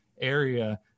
area